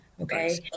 Okay